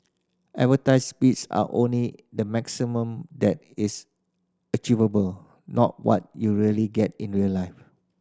advertised speeds are only the maximum that is achievable not what you really get in real life